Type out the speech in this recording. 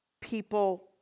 people